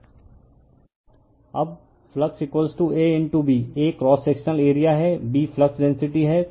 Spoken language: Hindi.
रिफर स्लाइड टाइम 1408 अब flux A B A cross sectional area है और B फ्लक्स डेंसिटी है